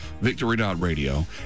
Victory.Radio